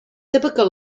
debygol